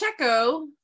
Checo